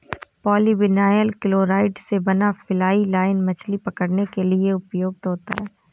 polyvinyl chloride से बना fly line मछली पकड़ने के लिए प्रयुक्त होता है